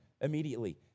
immediately